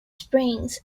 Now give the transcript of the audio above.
springs